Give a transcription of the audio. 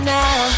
now